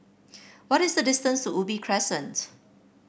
what is the distance to Ubi Crescent